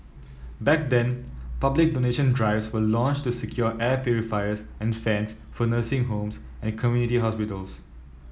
back then public donation drives were launched to secure air purifiers and fans for nursing homes and community hospitals